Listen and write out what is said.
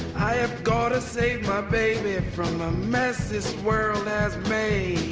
i have got to save my baby ah from a mess this world has made